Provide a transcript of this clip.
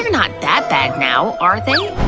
not that bad now, are they?